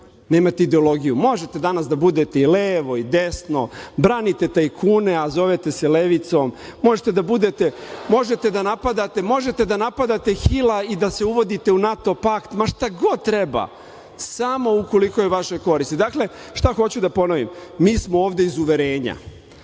nemate ideologiju. Možete danas da budete i levo i desno, branite tajkune, a zovete se levicom, možete da budete, možete da napadate Hila i da se uvodite u NATO pakt, šta god treba, samo ukoliko je u vašu korist. Dakle, šta hoću da ponovim, mi smo ovde iz uverenja,